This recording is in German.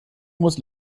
muss